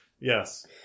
Yes